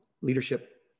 leadership